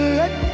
let